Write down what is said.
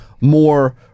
more